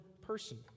person